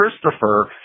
Christopher